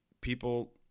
people –